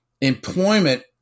employment